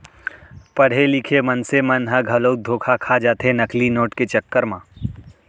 पड़हे लिखे मनसे मन ह घलोक धोखा खा जाथे नकली नोट के चक्कर म